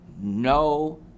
No